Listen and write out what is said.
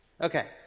Okay